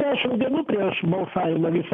dešimt dienų prieš balsavimą visą